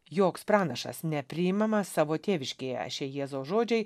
joks pranašas nepriimamas savo tėviškėje šie jėzaus žodžiai